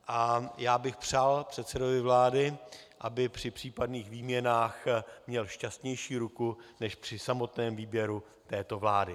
A já bych přál předsedovi vlády, aby při případných výměnách měl šťastnější ruku než při samotném výběru této vlády.